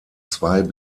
zwei